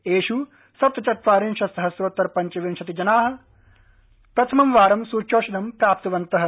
एष् सप्तचत्वारिंशत् सहस्रोतर पञ्चविंशति लक्ष जनाः प्रथमं वारं सुच्यौषधं प्राप्तवन्तः